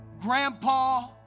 Grandpa